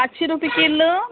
पांचशीं रुपया किल्ल